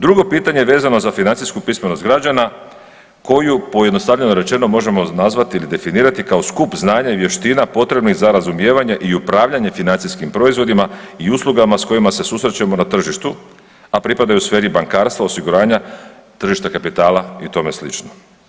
Drugo pitanje vezano za financijsku pismenost građana koju, pojednostavljeno rečeno, možemo nazvati ili definirati kao skup znanja i vještina potrebnih za razumijevanje i upravljanje financijskim proizvodima i uslugama s kojima se susrećemo na tržištu, a pripadaju sferi bankarstva, osiguranja, tržišta kapitala, i tome slično.